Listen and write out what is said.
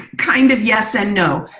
kind of yes and no.